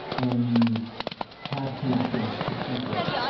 and you have connections to people,